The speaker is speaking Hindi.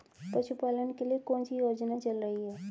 पशुपालन के लिए कौन सी योजना चल रही है?